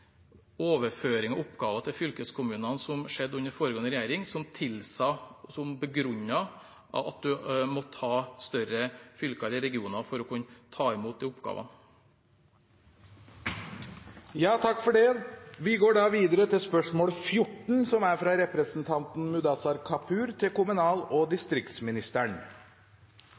av oppgaver til fylkeskommunene som skjedde under foregående regjering, som tilsa og begrunnet at man måtte ha større fylker eller regioner for å kunne ta imot de oppgavene. «Regjeringen har de siste ukene brukt krefter på å annonsere og promotere reversering av kommunereformen, istedenfor å presentere forslag som bidrar til vekst og